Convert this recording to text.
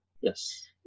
Yes